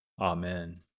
Amen